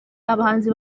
abahanzi